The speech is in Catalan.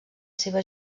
seva